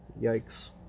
Yikes